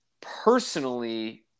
personally